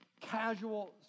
casual